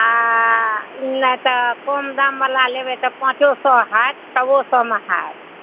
आओर नहि तऽ कम दामवला लेबै तऽ पाँचो सओ हैत छओ सओमे हैत